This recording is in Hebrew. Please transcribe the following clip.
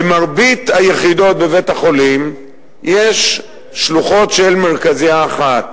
במרבית היחידות בבית-החולים יש שלוחות של מרכזייה אחת.